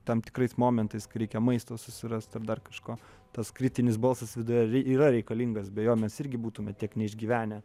tam tikrais momentais kai reikia maisto susirast ar dar kažko tas kritinis balsas viduje yra reikalingas be jo mes irgi būtume tiek neišgyvenę